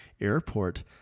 airport